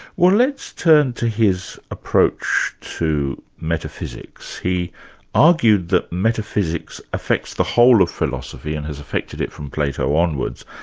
well let's turn to his approach to metaphysics. he argued that metaphysics affects the whole of philosophy and has affected it from plato onwards,